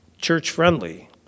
church-friendly